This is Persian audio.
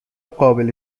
قابل